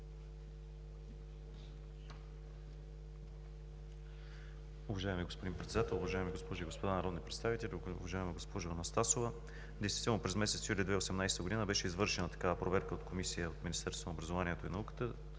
Уважаеми господин Председател, уважаеми госпожи и господа народни представители, уважаема госпожо Анастасова! Действително през месец юли 2018 г. беше извършената такава проверка от комисия от Министерството на образованието и науката.